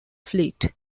fleet